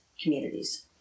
communities